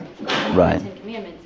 Right